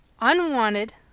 unwanted